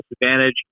disadvantage